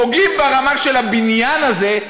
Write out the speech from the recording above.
פוגעים ברמה של הבניין הזה.